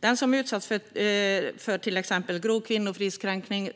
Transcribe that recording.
Den som utsatts för exempelvis grov kvinnofridskränkning,